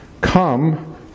come